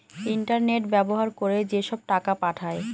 internet ব্যবহার করে যেসব টাকা পাঠায়